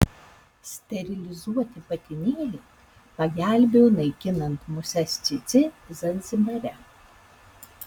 sterilizuoti patinėliai pagelbėjo naikinant muses cėcė zanzibare